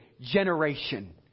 generation